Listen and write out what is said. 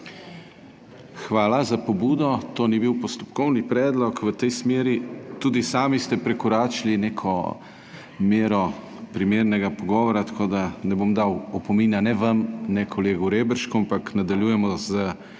Hvala za pobudo. To ni bil postopkovni predlog. V tej smeri ste tudi sami prekoračili neko mero primernega pogovora, tako da ne bom dal opomina ne vam ne kolegu Reberšku. Nadaljujemo s